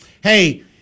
hey